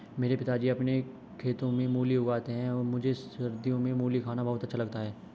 मेरे पिताजी अपने खेतों में मूली उगाते हैं मुझे सर्दियों में मूली खाना बहुत अच्छा लगता है